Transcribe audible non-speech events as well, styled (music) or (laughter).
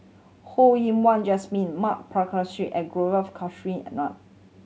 Ho Yen Wah Jesmine Ma Balakrishnan and Gaurav (unintelligible)